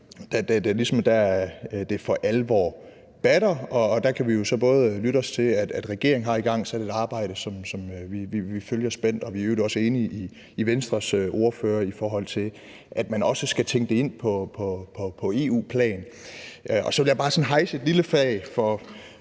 er der, det for alvor batter. Der kan vi jo så lytte os til, at regeringen har igangsat et arbejde, som vi følger spændt, og vi er i øvrigt også enig med Venstres ordfører i, at man også skal tænke det ind på EU-plan. Så vil jeg bare hejse et lille flag